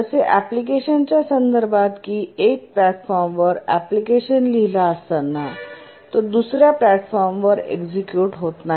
जसे एप्लीकेशन च्या संदर्भात की एका प्लॅटफॉर्मवर एप्लीकेशन लिहिला असताना तो दुसर्या प्लॅटफॉर्मवर एक्सीक्यूट होत नाही